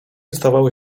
stawały